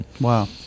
wow